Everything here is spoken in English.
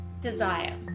desire